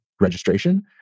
registration